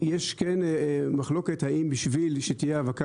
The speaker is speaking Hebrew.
יש כן מחלוקת האם בשביל שתהיה האבקה